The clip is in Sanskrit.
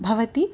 भवति